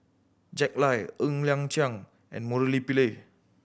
Jack Lai Ng Liang Chiang and Murali Pillai